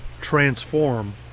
transform